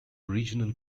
regional